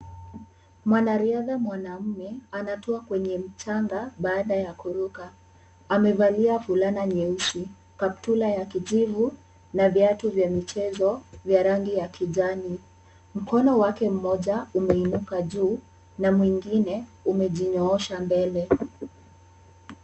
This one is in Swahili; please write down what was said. Mwanariadha mwanaume anatua kwenye mchanga baada ya kuruka. Amevalia fulana nyeusi, kaptula ya kijivu na viatu vya michezo vya rangi ya kijani. Mkono wake mmoja umeinuka juu na mwingine umejinyoosha mbele.